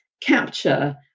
capture